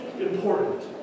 important